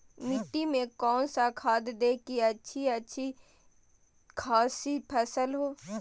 मिट्टी में कौन सा खाद दे की अच्छी अच्छी खासी फसल हो?